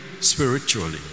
spiritually